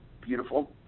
Beautiful